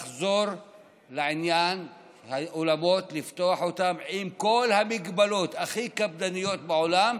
לחזור לעניין פתיחת האולמות עם כל המגבלות הכי קפדניות בעולם,